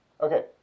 okay